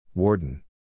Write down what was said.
Warden